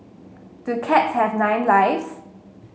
do cats have nine lives